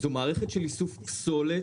זאת מערכת של איסוף פסולת,